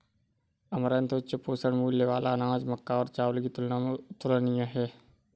amaranth उच्च पोषण मूल्य वाला अनाज मक्का और चावल की तुलना में तुलनीय है